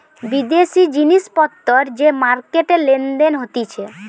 বিদেশি জিনিস পত্তর যে মার্কেটে লেনদেন হতিছে